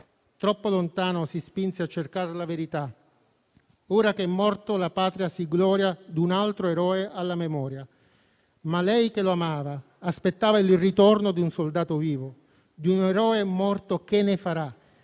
«Troppo lontano si spinse a cercare la verità. Ora che è morto la patria si gloria d'un altro eroe alla memoria. Ma lei che lo amava aspettava il ritorno d'un soldato vivo. D'un eroe morto che ne farà,